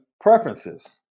preferences